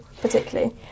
particularly